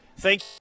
Thank